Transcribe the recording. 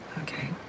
Okay